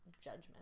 judgment